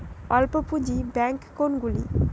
অল্প পুঁজি ব্যাঙ্ক কোনগুলি?